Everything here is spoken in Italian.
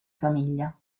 famiglia